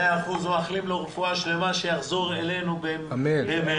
מאחלים לו רפואה שלמה, שיחזור אלינו במהרה.